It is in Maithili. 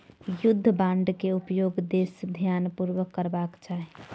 युद्ध बांड के उपयोग देस के ध्यानपूर्वक करबाक चाही